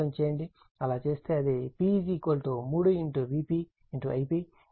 అలా చేస్తే అది p 3 Vp Ip cos అవుతుంది